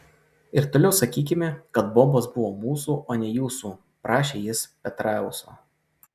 ir toliau sakykime kad bombos buvo mūsų o ne jūsų prašė jis petraeuso